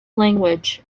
language